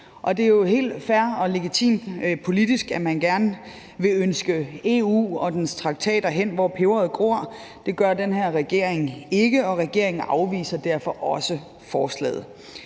det er jo helt fair og legitimt politisk, at man gerne vil ønske EU og dens traktater hen, hvor peberet gror. Det gør den her regering ikke, og regeringen afviser derfor også forslaget.